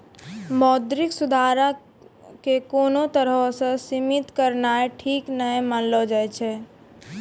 मौद्रिक सुधारो के कोनो तरहो से सीमित करनाय ठीक नै मानलो जाय छै